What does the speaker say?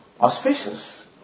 auspicious